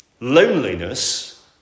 Loneliness